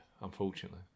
unfortunately